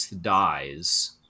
dies